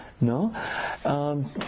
no